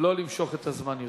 לא למשוך את הזמן יותר.